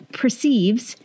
perceives